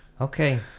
Okay